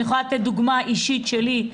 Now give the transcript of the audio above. אני יכולה לתת דוגמה אישית שלי.